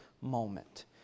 moment